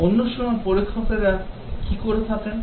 অন্য সময় পরীক্ষকেরা কি করে থাকেন